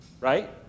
right